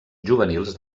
juvenils